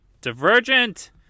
Divergent